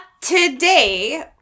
Today